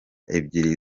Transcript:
ebyiri